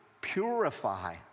purify